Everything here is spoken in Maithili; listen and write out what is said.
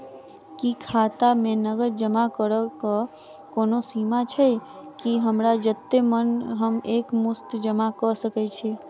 की खाता मे नगद जमा करऽ कऽ कोनो सीमा छई, की हमरा जत्ते मन हम एक मुस्त जमा कऽ सकय छी?